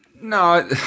No